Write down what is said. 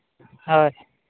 ᱦᱳᱭ